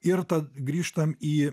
ir ta grįžtam į